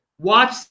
watch